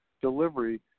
delivery